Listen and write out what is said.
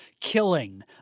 killing